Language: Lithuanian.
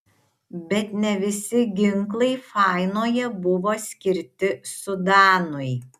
bet ne visi ginklai fainoje buvo skirti sudanui